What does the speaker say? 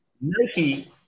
Nike